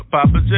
Papa